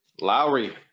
Lowry